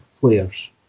players